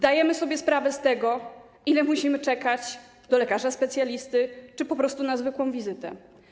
Zdajemy sobie sprawę z tego, ile musimy czekać do lekarza specjalisty czy po prostu na zwykłą wizytę.